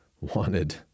wanted